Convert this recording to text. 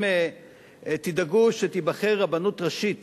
אם תדאגו שתיבחר רבנות ראשית